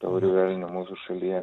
taurių elnių mūsų šalyje